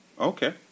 okay